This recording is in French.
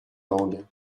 langue